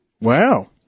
Wow